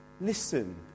Listen